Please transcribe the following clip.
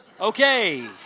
Okay